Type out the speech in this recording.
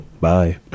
Bye